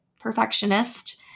perfectionist